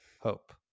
hope